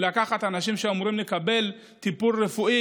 ולקחת אנשים שאמורים לקבל טיפול רפואי